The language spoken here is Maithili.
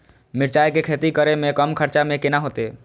मिरचाय के खेती करे में कम खर्चा में केना होते?